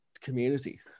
community